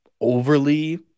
overly